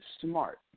smart